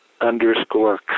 underscore